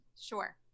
Sure